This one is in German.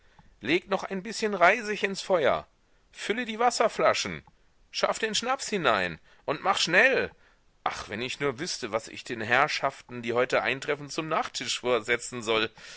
leg noch ein bißchen reisig ins feuer fülle die wasserflaschen schaff den schnaps hinein und mach schnell ach wenn ich nur wüßte was ich den herrschaften die heute eintreffen zum nachtisch vorsetzen soll